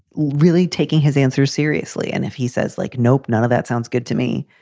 really taking his answer seriously. and if he says, like, nope, none of that sounds good to me,